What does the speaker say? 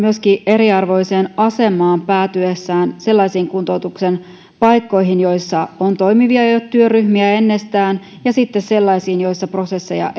eriarvoiseen asemaan päätyessään sellaisiin kuntoutuksen paikkoihin joissa on toimivia työryhmiä jo ennestään tai sitten sellaisiin joissa prosesseja